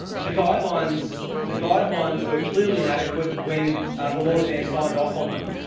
the guidelines the guidelines were clearly inadequate when the lord mayor signed off on them,